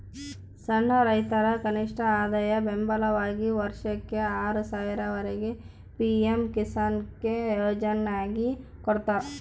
ಸಣ್ಣ ರೈತರ ಕನಿಷ್ಠಆದಾಯ ಬೆಂಬಲವಾಗಿ ವರ್ಷಕ್ಕೆ ಆರು ಸಾವಿರ ವರೆಗೆ ಪಿ ಎಂ ಕಿಸಾನ್ಕೊ ಯೋಜನ್ಯಾಗ ಕೊಡ್ತಾರ